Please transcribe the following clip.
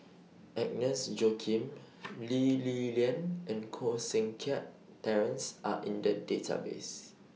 Agnes Joaquim Lee Li Lian and Koh Seng Kiat Terence Are in The Database